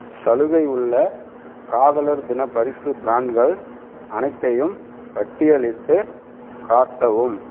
சலுகை உள்ள காதலர் தின பரிசு ப்ராண்ட்கள் அனைத்தையும் பட்டியலிட்டு காட்டவும்